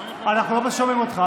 אנחנו לא שומעים אותך.